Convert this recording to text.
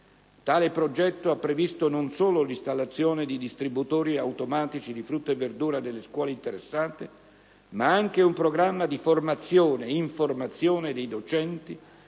Tale progetto ha previsto non solo l'istallazione di distributori automatici di frutta fresca nelle scuole interessate, ma anche un programma di formazione/informazione dei docenti